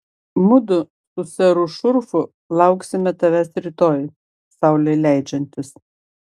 mudu su seru šurfu lauksime tavęs rytoj saulei leidžiantis